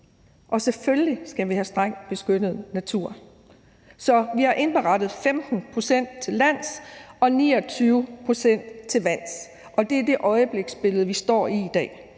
Selvfølgelig skal vi have strengt beskyttet natur. Vi har indberettet 15 pct. til lands og 29 pct. til vands, og det er det øjebliksbillede, vi står med i dag.